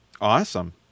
Awesome